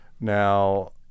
Now